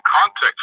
context